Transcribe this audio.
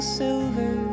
silver